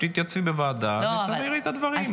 שתתייצבי בוועדה ותבהירי את הדברים.